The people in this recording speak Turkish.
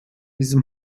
bizim